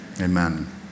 amen